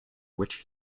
which